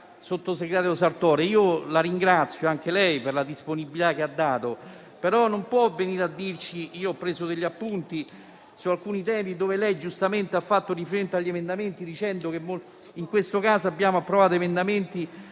sottosegretaria Sartore; io ringrazio per la disponibilità che ha dato, però non può venire a dirci che ha preso degli appunti su alcuni temi, per cui giustamente ha fatto riferimento ad alcuni emendamenti, dicendo che in questo caso abbiamo approvato emendamenti